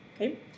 Okay